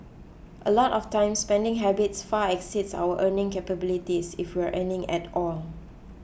a lot of times spending habits far exceeds our earning capabilities if we're earning at all